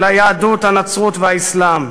היהדות, הנצרות והאסלאם.